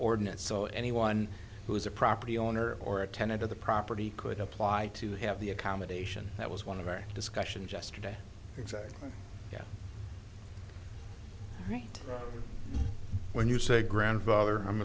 ordinance so anyone who is a property owner or a tenet of the property could apply to have the accommodation that was one of our discussion just today exactly right when you say grandfather i'm